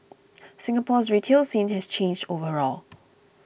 Singapore's retail scene has changed overall